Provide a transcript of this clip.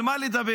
על מה לדבר?